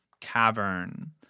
cavern